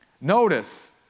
Notice